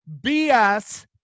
BS